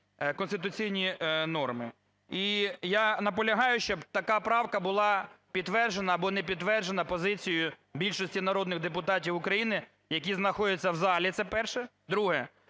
конституційні норми. І я наполягаю, щоб така правка була підтверджена або не підтверджена позицією більшістю народних депутатів України, які знаходяться в залі. Це перше. Друге.